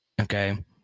Okay